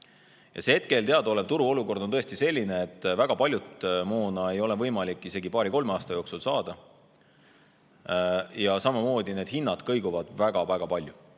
Ja see hetkel teadaolev turuolukord on tõesti selline, et väga paljut moona ei ole võimalik isegi paari-kolme aasta jooksul saada. Ka need hinnad kõiguvad väga-väga palju.